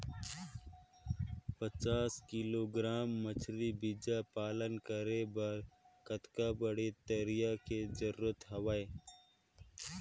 पचास किलोग्राम मछरी बीजा पालन करे बर कतका बड़े तरिया के जरूरत हवय?